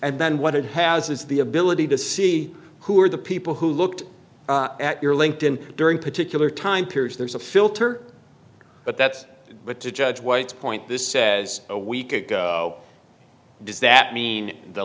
and then what it has is the ability to see who are the people who looked at your linked in during particular time periods there's a filter but that's but to judge white's point this says a week ago does that mean the